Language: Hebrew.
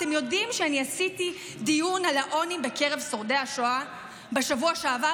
אתם יודעים שאני כינסתי דיון לגבי העוני בקרב שורדי השואה בשבוע שעבר.